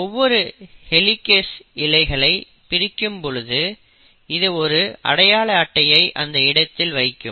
ஒவ்வொரு ஹெலிகேஸ் இழைகளை பிரிக்கும் பொழுது இது ஒரு அடையாள அட்டையை அந்த இடத்தில் வைக்கும்